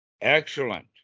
Excellent